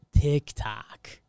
TikTok